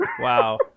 Wow